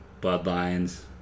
Bloodlines